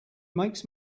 makes